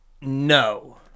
No